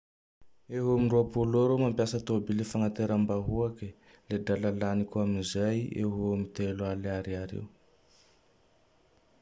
Eo am ropolo eo rao mampiasa tôbily fagnateram-bahoake. Le drala laniko amizay, eo ho eo am Telo aly ariary eo.